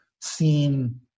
seen